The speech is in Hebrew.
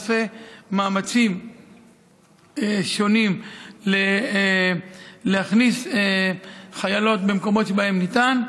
עושה מאמצים שונים להכניס חיילות במקומות שבהם ניתן.